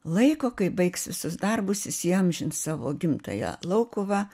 laiko kai baigs visus darbus jis įamžins savo gimtąją laukuvą